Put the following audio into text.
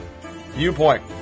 viewpoint